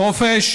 חופש